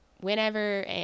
whenever